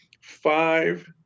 five